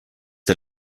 der